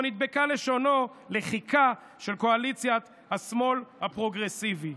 או נדבקה לשונו לחיכה של קואליציית השמאל הפרוגרסיבי.